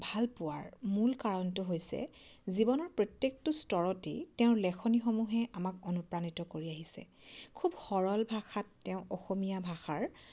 ভাল পোৱাৰ মূল কাৰণটো হৈছে জীৱনৰ প্ৰত্যেকটো স্তৰতেই তেওঁৰ লেখনিসমূহে আমাক অনুপ্ৰাণিত কৰি আহিছে খুব সৰল ভাষাত তেওঁ অসমীয়া ভাষাৰ